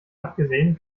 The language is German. abgesehen